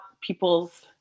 people's